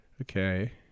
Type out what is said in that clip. Okay